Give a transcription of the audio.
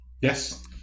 Yes